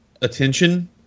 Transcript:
attention